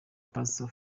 pastor